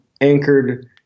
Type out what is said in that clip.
anchored